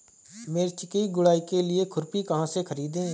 मिर्च की गुड़ाई के लिए खुरपी कहाँ से ख़रीदे?